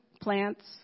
plants